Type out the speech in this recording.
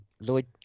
Lloyd